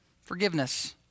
Forgiveness